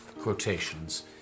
quotations